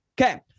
Okay